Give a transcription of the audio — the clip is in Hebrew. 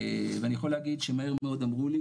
ואני יכול להגיד שמהר מאוד אמרו לי,